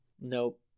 Nope